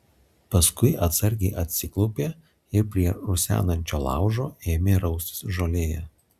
paskui atsargiai atsiklaupė ir prie rusenančio laužo ėmė raustis žolėje